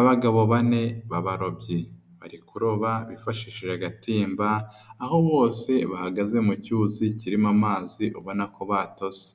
Abagabo bane b'ababarobyi, bari kuroba, bifashishije agatimba, aho bose bahagaze mu cyuzi kirimo amazi ubona ko batose.